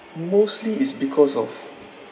mostly is because of